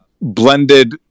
blended